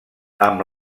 amb